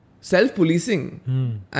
self-policing